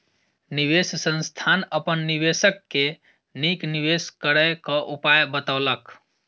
निवेश संस्थान अपन निवेशक के नीक निवेश करय क उपाय बतौलक